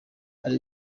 hari